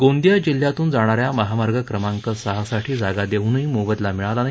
गोंदिया जिल्ह्यातून जाणा या महामार्ग क्रमांक सहा साठी जागा देउनही मोबदला मिळाला नाही